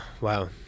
wow